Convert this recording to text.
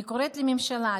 אני קוראת לממשלה,